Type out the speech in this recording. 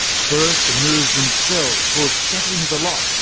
first, the mirrors themselves cause scattering of the light,